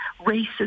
racist